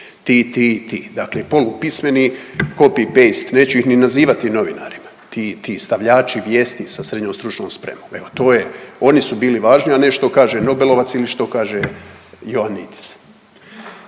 ti, ti i ti. Dakle i polu pismeni copy-paste neću ih ni nazivati novinarima. Ti stavljači vijesti sa srednjom stručnom spremom. Evo to je, oni su bili važni, a ne što kaže Nobelovac ili što kaže Ioannidis.